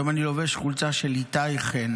היום אני לובש חולצה של איתי חן,